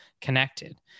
connected